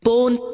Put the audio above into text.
born